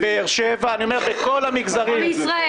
בבאר שבע, בכל המגזרים.